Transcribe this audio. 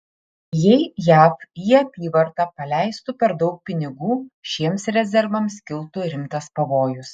jei jav į apyvartą paleistų per daug pinigų šiems rezervams kiltų rimtas pavojus